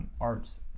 arts